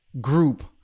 group